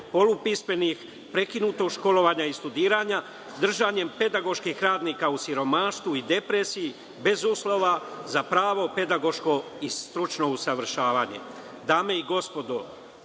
polupismenih, prekinutog školovanja i studiranja, držanjem pedagoških pravnika u siromaštvu i depresiji, bez uslova za pravo pedagoško i stručno usavršavanje. Dame